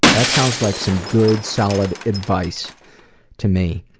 that sounds like some good solid advice to me.